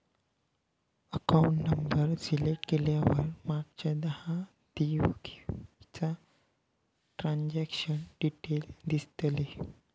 account number select केल्यावर मागच्या दहा देव घेवीचा ट्रांजॅक्शन डिटेल दिसतले